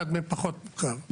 אחד מהם פחות מוכר: